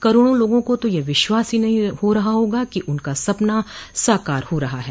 करोड़ों लोगों को तो यह विश्वास ही नहीं हो रहा होगा कि उनका सपना साकार हो रहा है